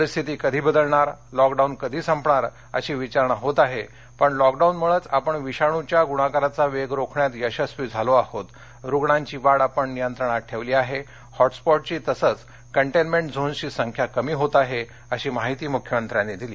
परिस्थिती कधी बदलणार लॉकडाऊन कधी संपणार अशी विचारणा होत आहे पण लॉकडाऊनमुळेच आपण विषाणूच्या गुणाकाराचा वेग रोखण्यात यशस्वी झालो आहोत रुग्णांची वाढ आपण नियंत्रणात ठेवली आहे हॉटस्पॉटची तसेच कंटेनमेंट झोन्सची संख्या कमी होत आहे अशी माहितीही मुख्यमंत्र्यांनी दिली